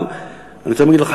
אבל אני רוצה להגיד לך,